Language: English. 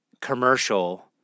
commercial